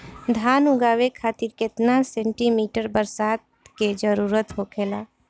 धान उगावे खातिर केतना सेंटीमीटर बरसात के जरूरत होखेला?